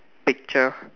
picture